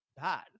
bad